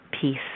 peace